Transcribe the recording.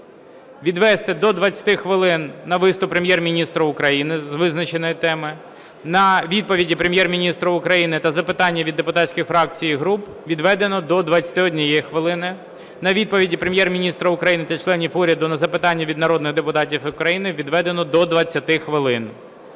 Відвести до 20 хвилин на виступ Прем'єр-міністра України з визначеної теми; на відповіді Прем'єр-міністра України та запитання від депутатських фракцій і груп відведено до 21 хвилини; на відповіді Прем'єр-міністра України та членів уряду на запитання від народних депутатів України відведено до 20 хвилин.